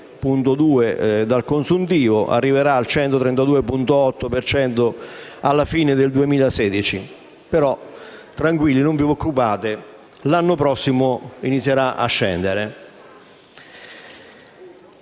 dal consuntivo e arriverà al 132,8 per cento alla fine del 2016. Ma, tranquilli, non vi preoccupate: l'anno prossimo inizierà a scendere!